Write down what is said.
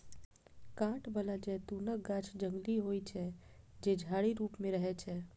कांट बला जैतूनक गाछ जंगली होइ छै, जे झाड़ी रूप मे रहै छै